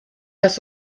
das